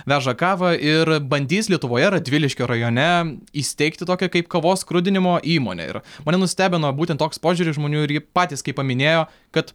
veža kavą ir bandys lietuvoje radviliškio rajone įsteigti tokią kaip kavos skrudinimo įmonę ir mane nustebino būtent toks požiūris žmonių ir patys kai paminėjo kad